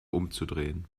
umzudrehen